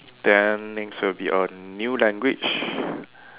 then next will be a new language